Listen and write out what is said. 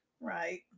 right